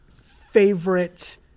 favorite